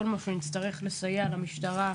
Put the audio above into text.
כל מה שנצטרך לסייע למשטרה,